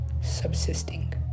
subsisting